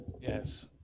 Yes